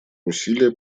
усилия